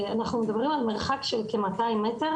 אנחנו מדברים על מרחק של כ-200 מטר,